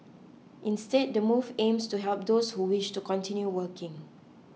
instead the move aims to help those who wish to continue working